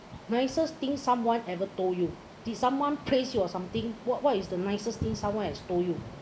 nicest thing someone ever told you did someone praise you or something what what is the nicest thing someone has told you